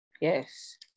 Yes